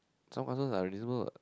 some customers are unreasonable what